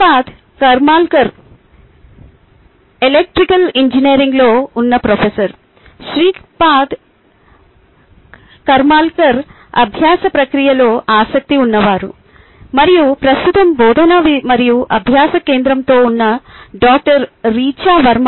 Shripad Karmalkar electrical ఇంజనీరింగ్లో ఉన్న professor Shripad Karmalkar అభ్యాస ప్రక్రియలో ఆసక్తి ఉన్నవారు మరియు ప్రస్తుతం బోధన మరియు అభ్యాస కేంద్రంతో ఉన్న డాక్టర్ రిచా వర్మ